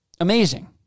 Amazing